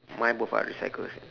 mine both are recycles